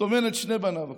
הוא טומן את שני בניו הקטנים,